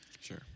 Sure